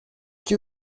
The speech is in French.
que